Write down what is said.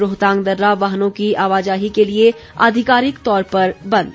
रोहतांग दर्रा वाहनों की आवाजाही के लिए आधिकारिक तौर पर बंद